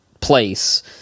place